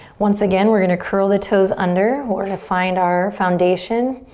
once again, we're gonna curl the toes under. we're gonna find our foundation.